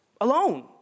alone